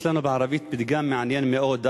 יש לנו בערבית פתגם מעניין מאוד,